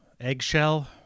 eggshell